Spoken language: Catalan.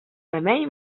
remei